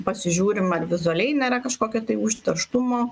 pasižiūrim ar vizualiai nėra kažkokio užterštumo